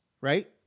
right